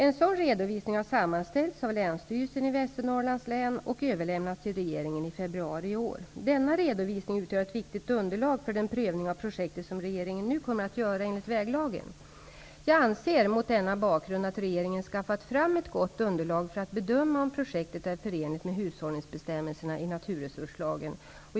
En sådan redovisning har sammanställts av Länsstyrelsen i Västernorrlands län och överlämnats till regeringen i februari i år. Denna redovisning utgör ett viktigt underlag för den prövning av projektet som regeringen nu kommer att göra enligt väglagen. Jag anser mot denna bakgrund att regeringen skaffat fram ett gott underlag för att bedöma om projektet är förenligt med hushållningsbestämmelserna i naturresurslagen.